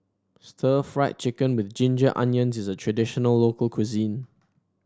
Stir Fried Chicken with Ginger Onions is a traditional local cuisine